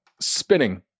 Spinning